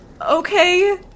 Okay